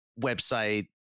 website